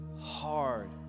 hard